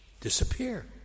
disappear